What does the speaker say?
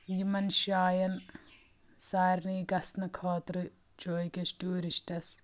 یِمَن جایَن سارِنٕے گژھنہٕ خٲطرٕ چھُ أکِس ٹوٗرِسٹس